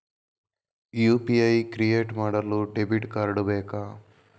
UPI create ಮಾಡಲು debit card ಬೇಕಾ?